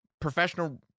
professional